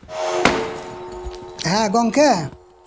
ᱦᱮᱸ ᱜᱚᱝᱠᱮ